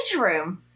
room